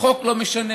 החוק לא משנה.